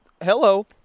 Hello